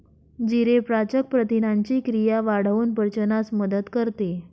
जिरे पाचक प्रथिनांची क्रिया वाढवून पचनास मदत करते